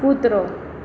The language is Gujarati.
કૂતરો